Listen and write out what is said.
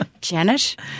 Janet